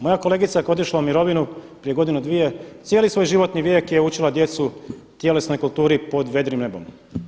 Moja kolegica koja je otišla u mirovinu prije godinu – dvije cijeli svoj životni vijek je učila djecu tjelesnoj kulturi pod vedrim nebom.